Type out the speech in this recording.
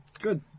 Good